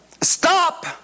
stop